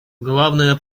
главная